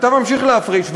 אתה ממשיך להפריש,